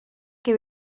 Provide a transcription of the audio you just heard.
que